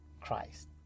Christ